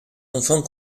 enfants